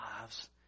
lives